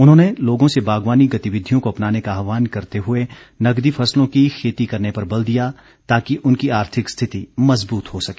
उन्होंने लोगों से बागवानी गतिविधियों को अपनाने का आहवान करते हुए नगदी फसलों की खेती करने पर बल दिया ताकि उनकी आर्थिक स्थिति मजबूत हो सके